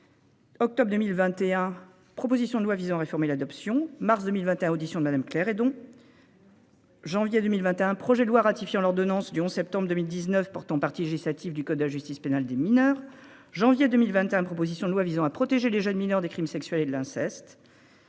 Octobre 2021, proposition de loi visant à réformer l'adoption. Mars 2021, audition de Madame, Claire Hédon.-- Janvier 2021 projets de loi ratifiant l'ordonnance du 11 septembre 2019, pourtant partie législative du code de justice pénale des mineurs. Janvier 2021, proposition de loi visant à protéger les jeunes mineurs des crimes sexuels et de l'inceste.--